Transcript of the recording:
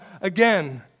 again